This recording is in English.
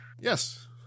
Yes